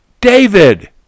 David